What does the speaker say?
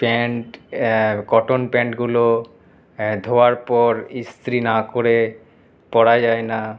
pant cotton প্যান্টগুলো ধোয়ার পর ইস্ত্রি না করে পরা যায় না